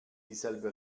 dieselbe